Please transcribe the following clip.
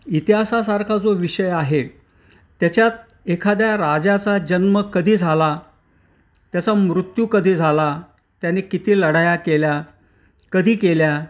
इतिहासासारखा जो विषय आहे त्याच्यात एखाद्या राजाचा जन्म कधी झाला त्याचा मृत्यू कधी झाला त्याने किती लढाया केल्या कधी केल्या